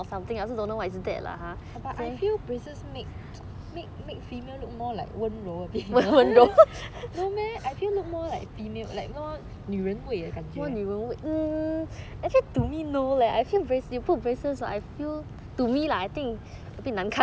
but I feel braces make make make female look more like 温柔 a bit no meh I feel look more like female like more 女人味的感觉